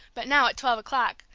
but now, at twelve o'clock,